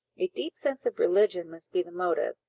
a deep sense of religion must be the motive,